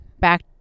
back